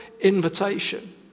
invitation